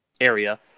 area